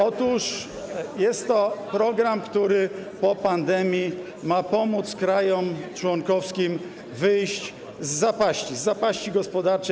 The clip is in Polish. Otóż jest to program, który po pandemii ma pomóc krajom członkowskim wyjść z zapaści gospodarczej.